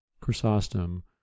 Chrysostom